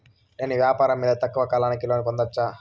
నేను వ్యాపారం మీద తక్కువ కాలానికి లోను పొందొచ్చా?